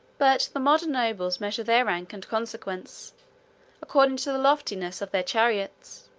but the modern nobles measure their rank and consequence according to the loftiness of their chariots,